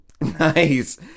Nice